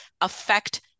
affect